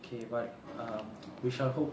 okay but um we shall hope